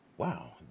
Wow